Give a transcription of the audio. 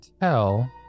tell